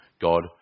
God